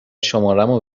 شمارمو